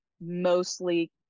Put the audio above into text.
mostly